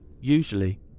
Usually